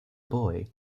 boy